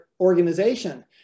organization